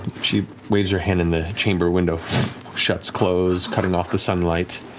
she waves her hand and the chamber window shuts closed, cutting off the sunlight.